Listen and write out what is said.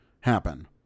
happen